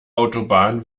autobahn